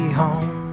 home